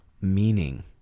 meaning